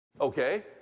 Okay